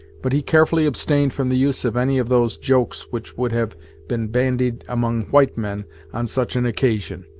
but he carefully abstained from the use of any of those jokes which would have been bandied among white men on such an occasion,